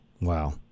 Wow